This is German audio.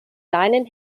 leinen